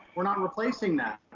we're not replacing that.